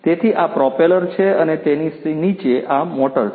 તેથી આ પ્રોપેલર છે અને તેની નીચે આ મોટર છે